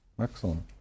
Excellent